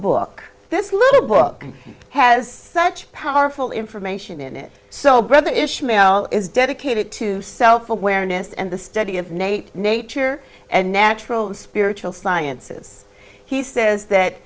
book this little book has such powerful information in it so brother ishmael is dedicated to self awareness and the study of nate nature and natural and spiritual sciences he says that